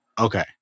okay